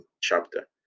chapter